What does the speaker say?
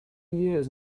years